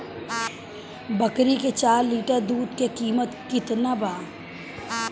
बकरी के चार लीटर दुध के किमत केतना बा?